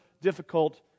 difficult